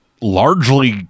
largely